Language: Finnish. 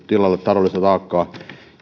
tiloille taloudellista taakkaa